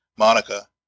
Monica